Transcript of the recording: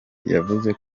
yavuze